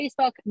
Facebook